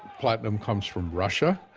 platinum comes from russia.